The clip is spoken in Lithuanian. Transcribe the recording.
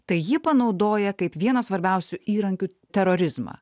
tai ji panaudoja kaip vieną svarbiausių įrankių terorizmą